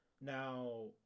Now